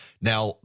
Now